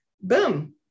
boom